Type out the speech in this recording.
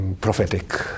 prophetic